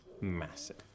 massive